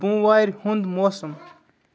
بۄموارِ ہُند موسم